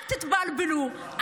אל תתבלבלו,